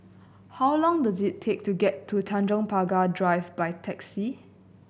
how long does it take to get to Tanjong Pagar Drive by taxi